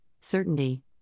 certainty